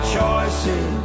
choices